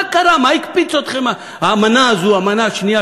מה קרה, מה הקפיץ אתכם, המנה הזאת,